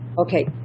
Okay